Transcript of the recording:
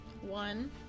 One